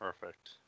Perfect